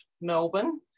Melbourne